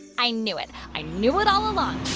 i knew it. i knew it all along.